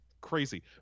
crazy